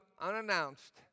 unannounced